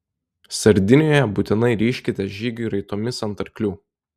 sardinijoje būtinai ryžkitės žygiui raitomis ant arklių